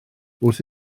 wrth